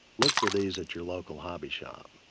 look for these at your local hobby shop.